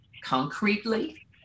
concretely